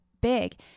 big